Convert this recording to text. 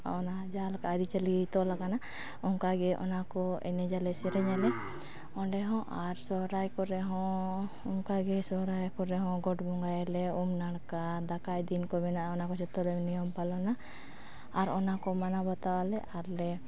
ᱚᱱᱟ ᱡᱟᱦᱟᱸ ᱞᱮᱠᱟ ᱟᱹᱨᱤ ᱪᱟᱹᱞᱤ ᱛᱚᱞ ᱟᱠᱟᱱᱟ ᱚᱱᱠᱟ ᱜᱮ ᱚᱱᱟᱠᱚ ᱮᱱᱮᱡᱟᱞᱮ ᱥᱮᱨᱮᱧᱟᱞᱮ ᱚᱸᱰᱮ ᱦᱚᱸ ᱟᱨ ᱥᱚᱦᱚᱨᱟᱭ ᱠᱚᱨᱮ ᱦᱚᱸ ᱚᱱᱠᱟ ᱜᱮ ᱥᱚᱦᱚᱨᱟᱭ ᱠᱚᱨᱮ ᱦᱚᱸ ᱜᱚᱴ ᱵᱚᱸᱜᱟᱭᱟᱞᱮ ᱩᱢ ᱱᱟᱲᱠᱟ ᱫᱟᱠᱟᱭ ᱫᱤᱱ ᱠᱚ ᱢᱮᱱᱟᱜᱼᱟ ᱚᱱᱟ ᱠᱚ ᱡᱚᱛᱚᱞᱮ ᱱᱤᱭᱚᱢ ᱯᱟᱞᱚᱱᱟ ᱟᱨ ᱚᱱᱟᱠᱚ ᱢᱟᱱᱟᱣ ᱵᱟᱛᱟᱣ ᱟᱞᱮ ᱟᱨᱞᱮ